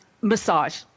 massage